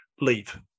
leave